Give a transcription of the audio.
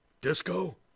Disco